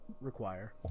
require